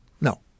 No